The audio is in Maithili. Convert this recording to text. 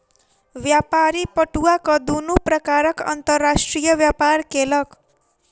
व्यापारी पटुआक दुनू प्रकारक अंतर्राष्ट्रीय व्यापार केलक